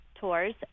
tours